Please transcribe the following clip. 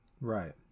right